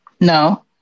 No